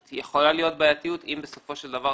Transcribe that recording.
יכולה להיות בעייתיות אם בסופו של דבר